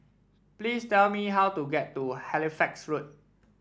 please tell me how to get to Halifax Road